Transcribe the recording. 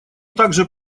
также